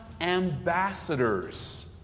ambassadors